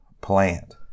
plant